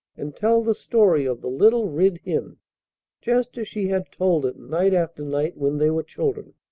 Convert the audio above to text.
and tell the story of the little rid hin just as she had told it night after night when they were children.